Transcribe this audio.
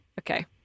Okay